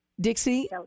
Dixie